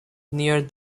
near